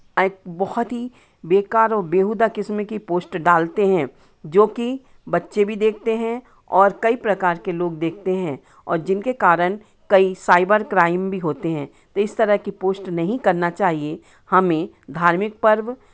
बहुत ही बेकार और बेहुदा किस्म की पोस्ट डालते हैं जोकि बच्चे भी देखते हैं और कई प्रकार के लोग देखते हैं और जिनके कारण कई साइबर क्राइम भी होते हैं तो इस तरह की पोस्ट नहीं करना चाहिए हमें धार्मिक पर्व